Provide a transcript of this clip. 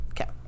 Okay